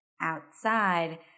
outside